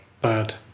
bad